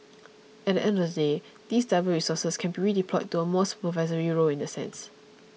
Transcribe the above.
at the end of the day these driver resources can be redeployed to a more supervisory role in that sense